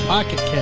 Pocket